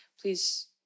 please